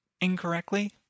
incorrectly